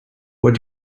what